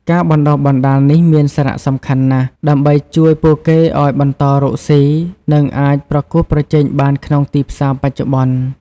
ការបណ្ដុះបណ្ដាលនេះមានសារៈសំខាន់ណាស់ ដើម្បីជួយពួកគេឱ្យបន្តរកស៊ី និងអាចប្រកួតប្រជែងបានក្នុងទីផ្សារបច្ចុប្បន្ន។